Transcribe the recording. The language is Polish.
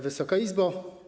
Wysoka Izbo!